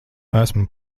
esmu